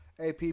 AP